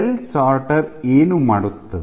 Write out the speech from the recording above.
cell sorter ಏನು ಮಾಡುತ್ತದೆ